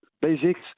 basics